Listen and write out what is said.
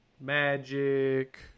Magic